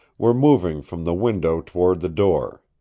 were moving from the window toward the door.